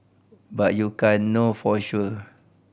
but you can't know for sure